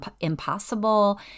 impossible